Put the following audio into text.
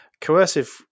Coercive